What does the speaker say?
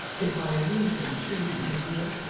if i lose thee too, my dear,